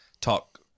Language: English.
talk